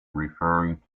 referring